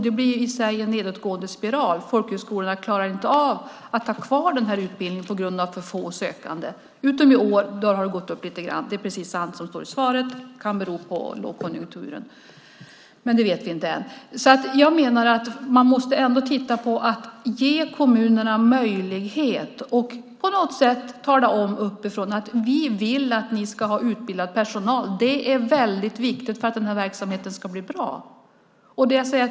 Det blir en nedåtgående spiral. Folkhögskolorna klarar inte av att ha kvar den här utbildningen på grund av att det är för få som söker till den. I år har det gått upp lite grann. Det är sant som det står i svaret. Det kan bero på lågkonjunkturen, men det vet vi inte än. Jag menar att man måste ge kommunerna möjligheter och tala om uppifrån att vi vill att de ska ha utbildad personal. Det är väldigt viktigt för att den här verksamheten ska bli bra.